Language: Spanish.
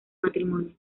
matrimonio